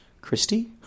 Christy